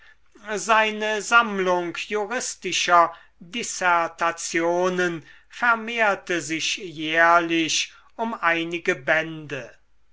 seine sammlung juristischer dissertationen vermehrte sich jährlich um einige bände